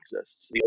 exists